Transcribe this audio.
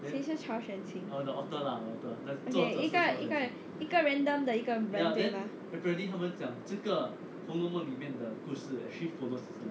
谁是 曹雪芹:cao cue qin okay 一个一个一个 random 一个的人对吗